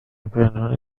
پنهون